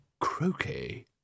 croquet